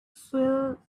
swell